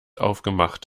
aufgemacht